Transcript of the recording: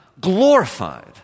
glorified